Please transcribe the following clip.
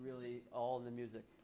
really all the music